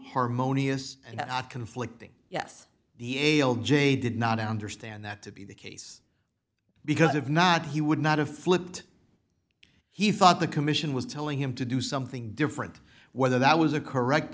harmonious and i conflicting yes the ael jay did not understand that to be the case because if not he would not have flipped he thought the commission was telling him to do something different whether that was a correct